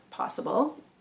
possible